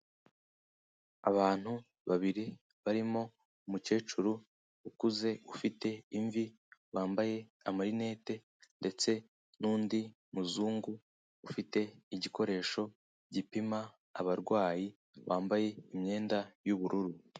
Abantu babiri barimo umukecuru ukuze, ufite imvi wambaye amarinete ndetse n'undi muzungu ufite igikoresho gipima abarwayi, wambaye imyenda y'ubururu.